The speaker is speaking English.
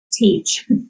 teach